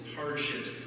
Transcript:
hardships